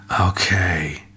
Okay